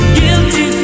Guilty